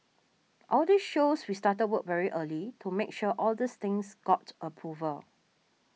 all this shows we started work very early to make sure all these things got approval